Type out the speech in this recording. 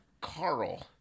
Carl